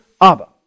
Abba